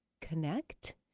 connect